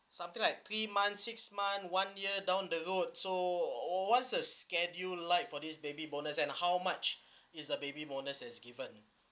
something like three months six month one year down the road so wh~ what's the schedule like for this baby bonus and how much is the baby bonus is given